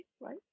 right